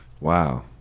wow